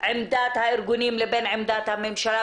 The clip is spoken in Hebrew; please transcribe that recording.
עמדת הארגונים לבין עמדת הממשלה,